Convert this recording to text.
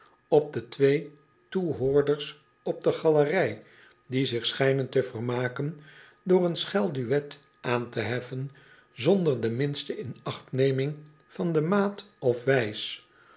op de twee toehoorders op de galerij die zich schijnen te vermaken door een schel duet aan te heffen zonder de minste inachtneming van de maat of wijs